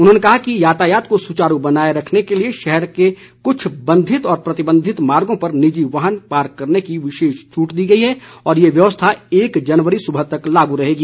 उन्होंने कहा कि यातायात को सुचारू बनाए रखने के लिए शहर के कुछ बंधित व प्रतिबंधित मार्गों पर निजी वाहन पार्क करने की विशेष छूट दी है और ये व्यवस्था एक जनवरी सुबह तक लागू रहेगी